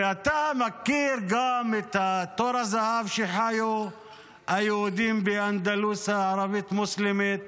ואתה מכיר גם את תור הזהב כשחיו היהודים באנדלוס הערבית-מוסלמית,